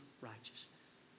righteousness